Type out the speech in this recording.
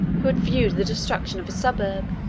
who had viewed the destruction of his suburb,